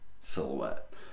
silhouette